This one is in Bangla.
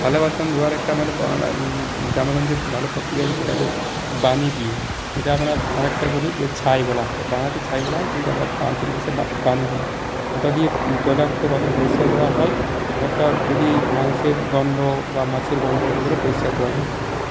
থালাবাসন ধোয়ার একটা মানে বাংলা গ্রামে গঞ্জে ভালো প্রক্রিয়া সেটা হচ্ছে বানি দিয়ে যেটা আমরা অনেকটা বলি যে ছাই বলা হয় বাংলাতে ছাই বলা হয় কিন্তু আমরা আঞ্চলিক ভাষায় বা বানি বলি ওটা দিয়ে তৈলাক্ত বাসন পরিষ্কার করা হয় অনেকটা যদি মাংসের গন্ধ বা মাছের গন্ধ এইগুলো পরিষ্কার করা যায়